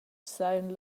sajan